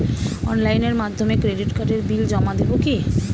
অনলাইনের মাধ্যমে ক্রেডিট কার্ডের বিল জমা দেবো কি?